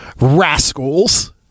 rascals